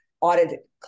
audit